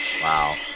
Wow